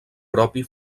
propi